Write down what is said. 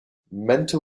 mentor